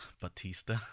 Batista